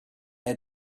they